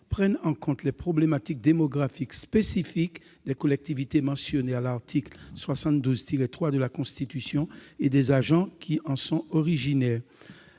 prendre en compte les problématiques démographiques et les caractéristiques spécifiques des collectivités mentionnées à l'article 72-3 de la Constitution et des agents qui en sont originaires.